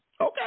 Okay